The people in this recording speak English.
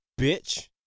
bitch